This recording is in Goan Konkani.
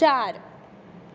चार